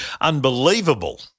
unbelievable